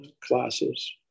classes